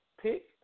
pick